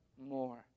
more